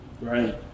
Right